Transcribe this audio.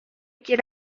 quiere